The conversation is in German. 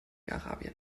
arabien